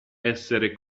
essere